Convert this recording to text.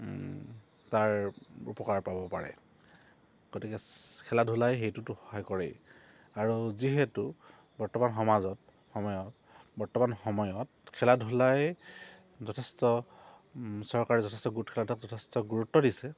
তাৰ উপকাৰ পাব পাৰে গতিকে খেলা ধূলাই সেইটোতো সহায় কৰে আৰু যিহেতু বৰ্তমান সমাজত সময়ত বৰ্তমান সময়ত খেলা ধূলাই যথেষ্ট চৰকাৰে যথেষ্ট গুৰুত যথেষ্ট গুৰুত্ব দিছে